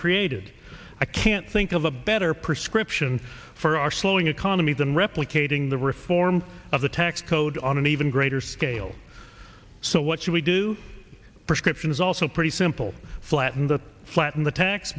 created i can't think of a better prescription for our slowing economy than replicating the reform of the tax code on an even greater scale so what should we do prescription is also pretty simple flatten the flat